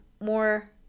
more